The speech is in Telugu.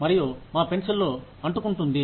మరియు మా పెన్సిల్ను అంటుకుంటుంది